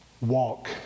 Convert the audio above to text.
Walk